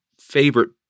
favorite